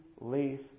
Leaf